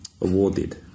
awarded